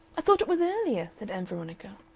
i thought it was earlier, said ann veronica.